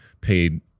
paid